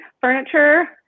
furniture